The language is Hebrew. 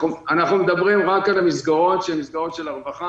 אנחנו מדברים רק על המסגרות של הרווחה.